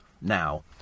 now